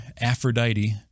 Aphrodite